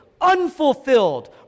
Unfulfilled